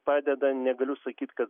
padeda negaliu sakyti kad